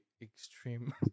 extreme